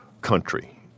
country